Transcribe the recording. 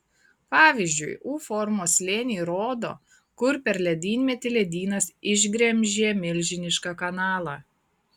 pavyzdžiui u formos slėniai rodo kur per ledynmetį ledynas išgremžė milžinišką kanalą